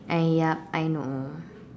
yup I know